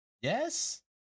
Yes